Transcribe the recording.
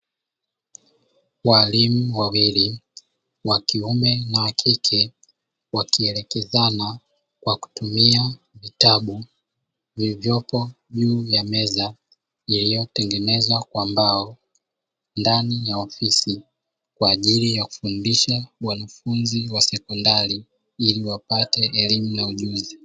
Waalimu wawili, wakiume na wakike, wakielekezana kwa kutumia vitabu vilivyopo juu ya meza iliyotengenezwa kwa mbao ndani ya ofisi, kwa ajili ya kufundisha wanafunzi wa sekondari ili wapate elimu na ujuzi.